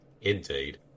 Indeed